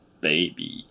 baby